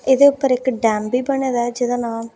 एह्दे पर इक डैम बी बने दा जेह्दा नां